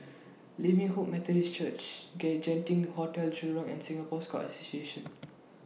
Living Hope Methodist Church Genting Hotel Jurong and Singapore Scout Association